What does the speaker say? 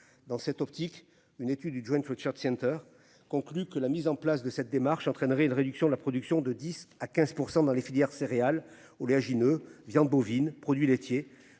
Dans cette optique, une étude du jogging sweat-shirt Center conclut que la mise en place de cette démarche entraînerait une réduction de la production de 10 à 15% dans les filières céréales, oléagineux viande bovine produits laitiers